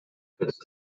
fits